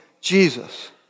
Jesus